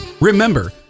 Remember